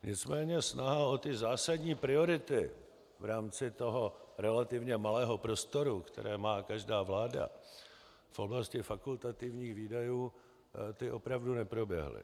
Nicméně snaha o ty zásadní priority v rámci toho relativně malého prostoru, které má každá vláda v oblasti fakultativních výdajů, ty opravdu neproběhly.